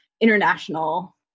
international